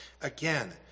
again